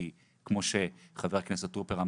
כי כמו שאמר חבר הכנסת טרופר,